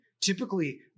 typically